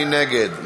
מי נגד?